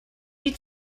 die